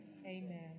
Amen